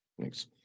Thanks